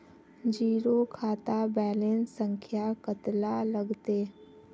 Zero खाता balance संख्या कतला लगते?